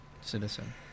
citizen